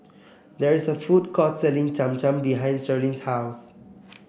there is a food court selling Cham Cham behind Sharlene's house